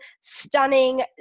stunning